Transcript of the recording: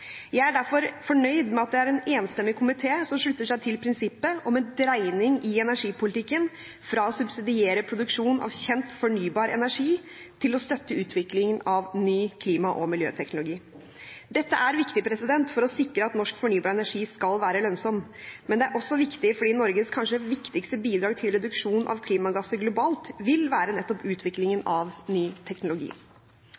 Jeg er derfor fornøyd med at det er en enstemmig komité som slutter seg til prinsippet om en dreining i energipolitikken fra å subsidiere produksjon av kjent fornybar energi til å støtte utvikling av ny klima- og miljøteknologi. Dette er viktig for å sikre at norsk fornybar energi skal være lønnsomt, men det er også viktig fordi Norges kanskje viktigste bidrag til reduksjon av klimagasser globalt vil være nettopp